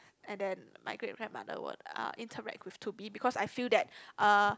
and then my great grandmother will uh interact with to me because I feel that uh